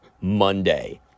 Monday